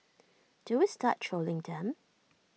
do we start trolling them